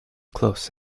close